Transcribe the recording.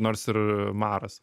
nors ir maras